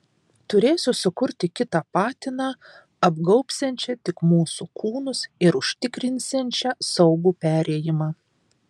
turėsiu sukurti kitą patiną apgaubsiančią tik mūsų kūnus ir užtikrinsiančią saugų perėjimą